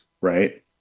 right